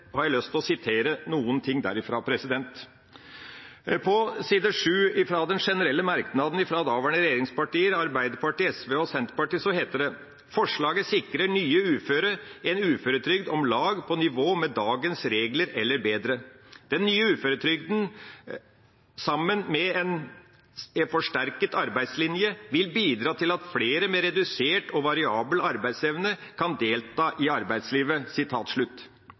på side 7 i den generelle merknaden fra de daværende regjeringspartiene Arbeiderpartiet, SV og Senterpartiet: «Flertallet understreker at forslaget sikrer nye uføre en uføretrygd om lag på nivå med dagens regler eller bedre. Den nye uføretrygden, sammen med en forsterket arbeidslinje, vil bidra til at flere med redusert og variabel arbeidsevne kan delta i arbeidslivet.»